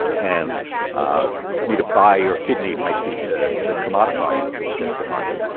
and ah for me to buy your kidney might be to to commodify you, to objectify you.